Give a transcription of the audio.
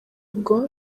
ubwo